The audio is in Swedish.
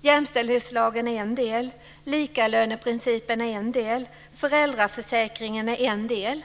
Jämställdhetslagen är en del. Likalöneprincipen är en del. Föräldraförsäkringen är en del.